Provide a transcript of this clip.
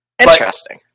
Interesting